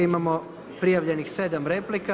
Imamo prijavljenih 7 replika.